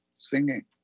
singing